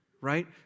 right